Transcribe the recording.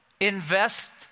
Invest